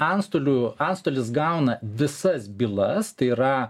antstolių antstolis gauna visas bylas tai yra